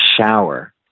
shower